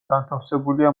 განთავსებულია